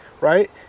right